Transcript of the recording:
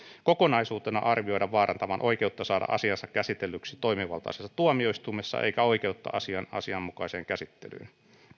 kokonaisuutena arvioida vaarantavan oikeutta saada asiansa käsitellyksi toimivaltaisessa tuomioistuimessa eikä oikeutta asian asianmukaiseen käsittelyyn